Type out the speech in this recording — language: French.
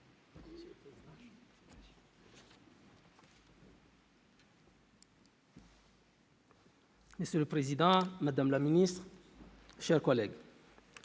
Monsieur le président, madame la ministre, mes chers collègues,